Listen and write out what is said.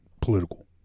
political